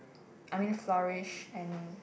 I mean flourish and